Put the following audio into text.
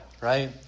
right